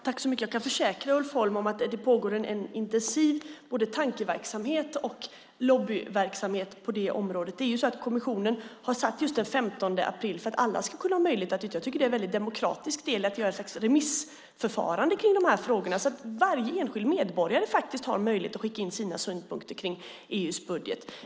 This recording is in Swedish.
Herr talman! Jag kan försäkra Ulf Holm att det pågår en intensiv tankeverksamhet och också lobbyverksamhet på det området. Anledningen till att kommissionen satt just den 15 april som datum är att alla ska ha möjlighet att yttra sig. Jag tycker att det är väldigt demokratiskt att ha ett slags remissförfarande kring dessa frågor. På så sätt har varje enskild medborgare möjlighet att skicka in sina synpunkter på EU:s budget.